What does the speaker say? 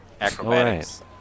Acrobatics